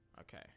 Okay